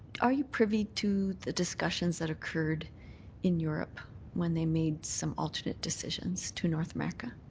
are you privy to the discussions that occurred in europe when they made some alternate decisions to north america?